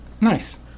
Nice